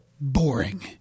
boring